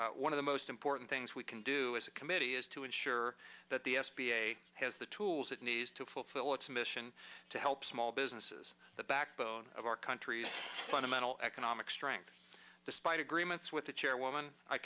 those one of the most important things we can do as a committee is to ensure that the s b a has the tools it needs to fulfill its mission to help small businesses the backbone of our country's fundamental economic strength despite agreements with the chairwoman i